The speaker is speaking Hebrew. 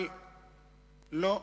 לא,